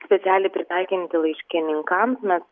specialiai pritaikinti laiškininkams mes